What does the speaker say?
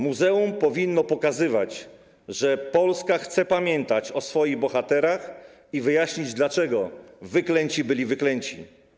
Muzeum powinno pokazywać, że Polska chce pamiętać o swoich bohaterach i wyjaśnić, dlaczego wyklęci byli wyklęci.